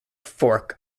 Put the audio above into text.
fork